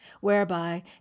whereby